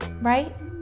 right